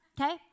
okay